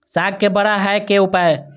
साग के बड़ा है के उपाय?